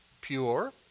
pure